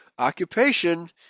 Occupation